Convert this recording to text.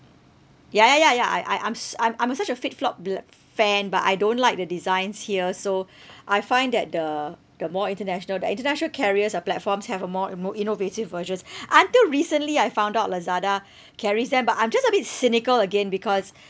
ya ya ya ya I I I'm s~ I'm I'm a such a FitFlop bl~ fan but I don't like the designs here so I find that the the more international the international carriers or platforms have more uh more innovative versions until recently I found out Lazada carries them but I'm just a bit cynical again because